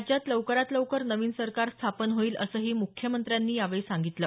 राज्यात लवकरात लवकर नवीन सरकार स्थापन होईल असंही मुख्यमंत्र्यांनी यावेळी सांगितलं